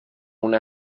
una